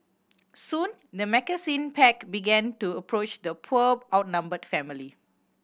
soon the pack began to approach the poor outnumbered family